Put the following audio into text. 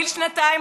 גיל שנתיים,